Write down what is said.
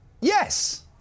Yes